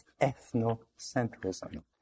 ethnocentrism